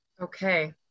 Okay